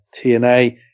TNA